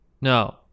No